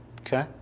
Okay